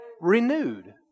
Renewed